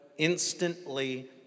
instantly